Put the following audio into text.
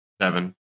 Seven